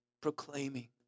proclaiming